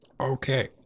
okay